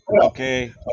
okay